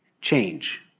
change